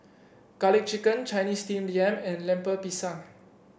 garlic chicken Chinese Steamed Yam and Lemper Pisang